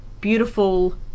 beautiful